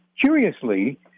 curiously